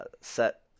set